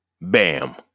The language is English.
Bam